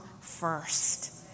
first